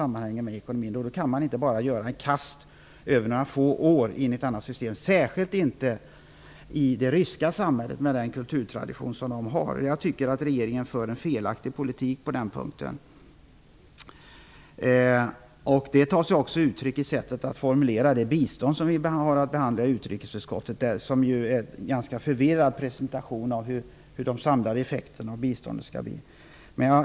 Man kan inte på några få år kasta sig rakt in i ett annat system, särskilt inte med det ryska samhällets kulturtradition. Jag tycker att regeringen för en felaktig politik på den punkten. Det tar sig också uttryck när man formulerar det bistånd som vi har att behandla i utrikesutskottet. Det görs där en ganska förvirrad presentation av de förväntade samlade effekterna av biståndet.